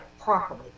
properly